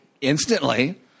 instantly